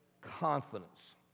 confidence